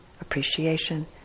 appreciation